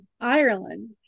Ireland